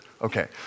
okay